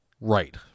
Right